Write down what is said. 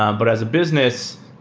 um but as a business,